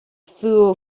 fool